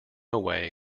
away